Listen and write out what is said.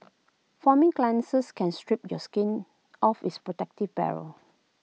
foaming cleansers can strip your skin of its protective barrier